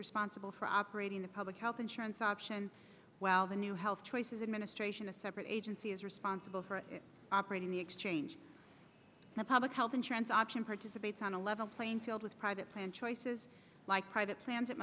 responsible for operating the public health insurance option well the new health choices administration a separate agency is responsible for operating the exchange the public health insurance option participates on a level playing field with private plan choices like private sans